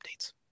updates